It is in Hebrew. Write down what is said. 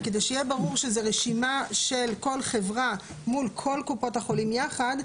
כדי שזה יהיה ברור שזו רשימה של כל חברה מול כל קופות החולים יחד,